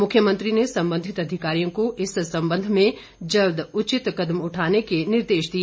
मुख्यमंत्री ने संबंधित अधिकारियों को इस संबंध में जल्द उचित कदम उठाने के निर्देश दिए